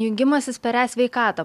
jungimasis per e sveikatą